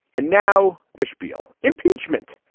and now the schpiel impeachment,